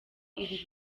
iri